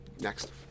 next